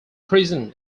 prison